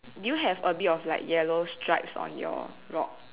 do you have a bit of like yellow stripes on your rock